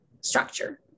structure